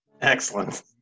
Excellent